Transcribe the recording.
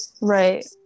Right